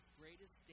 greatest